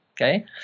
okay